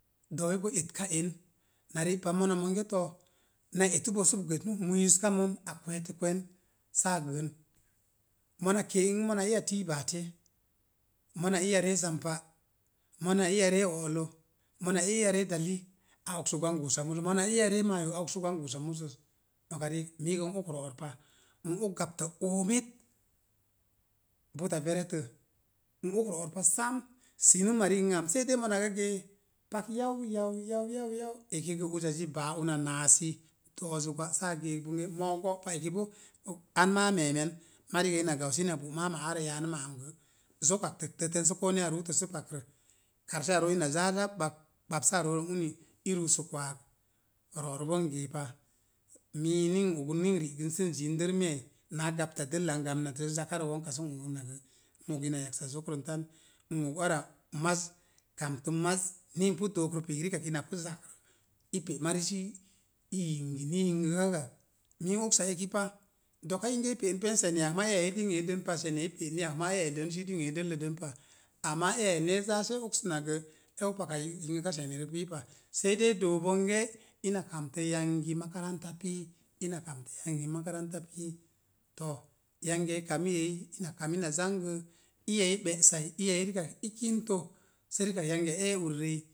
Do̱o̱wi boo etka en. Na ri’ pa mona monge to, na etəbo səbo gətnu muyuska mun, a kwe̱e̱tə kwe̱n saa gən. Mona kee ə'n mona ii a tii bate, mona ii a ree zam pa', mona ii a ree o'lə, mona ii a ree dali, a oksak gwan goosa musəs, mona ii a vee mayo a oksak gwan goosa musəs. Noka riik, miigə n oks ro'or pa, n oks gapta oomit buta verettə, n oks ro̱'o̱k pa sam. Səruma ri'ənam sei dei mona bo gee pak yau, yau, yau, yau ya'u yau, eki gə uzazi baa una naasi do̱'o̱zə gwa saa geek bonge moo go'pa, eki boo an maa a me̱e̱me̱n, marigə ina gau si ina bɔ maama aarə yaanuma am gə zoka ak təgtə tən sə koo ne̱e̱ya ruutə sə pakrə, karshe a rooz ina zaa za gbak gbaks kaa rook uni i ruusuk waag. Ro̱'o̱r bən n gee pa. mii ni n ogən nin zim dəmeyai naa gapta dəlla n gamnattə zakarə wo̱nka sən ogənak, n og ina yaksa zokrən tan. Nog ara maz kamtə maz ni n pu dookrə pii rikak ina pu zakrə, i pe mari sii yingini yin gəkakə ak, mii oks a eki pa. Do̱ka inge i pe'en pen se̱ni ak maa eya ai i dingyee den pa, se̱niya i pe'ni ak maa eya ai den sii dingyee dəllə dən pa. Amma eyai ni e zaa sə e oksənak gə, i oks paka yin yingəka se̱ni rək pii pa, sei dei i doo bonge ina kamtə yangi makaranta pil, ina kamtə yangi makaranta pii. To, yangiya i kami eyi, ina kami na zangə, iya i be'sai, iya rikak i kinto sə rikak yangiya ee uri rəi